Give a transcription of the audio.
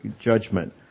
judgment